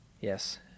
Yes